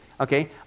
Okay